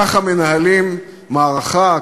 ככה מנהלים מערכה?